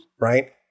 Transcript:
right